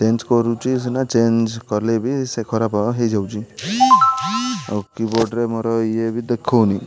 change କରୁଛି ସିନା change କଲେ ବି ସେ ଖରାପ ହୋଇଯାଉଛି ଆଉ କିବୋର୍ଡ଼ରେ ମୋର ଇଏ ବି ଦେଖଉନି